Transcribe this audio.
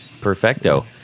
perfecto